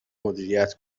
مدیریت